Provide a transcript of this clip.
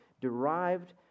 derived